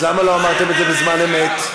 אז למה לא אמרתם את זה בזמן אמת?